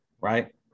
right